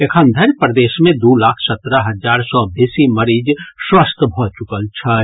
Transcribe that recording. एखन धरि प्रदेश मे दू लाख सत्रह हजार सॅ बेसी मरीज स्वस्थ भऽ चुकल छथि